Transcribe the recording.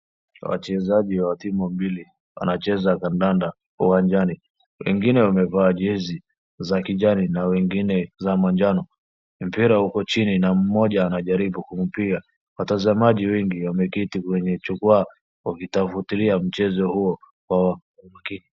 Wachezaji wa timu mbili wanacheza kandanda uwanjani. Wengine wamevaa jezi za kijani na wengine za manjano. Mpira uko chini na mmoja anajaribu kuupiga. Watazamaji wengi wameketi kwenye jukwaa wakifuatilia mchezo huo kwa makini.